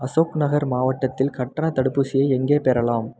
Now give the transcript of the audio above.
அசோக் நகர் மாவட்டத்தில் கட்டணத் தடுப்பூசியை எங்கே பெறலாம்